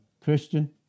Christian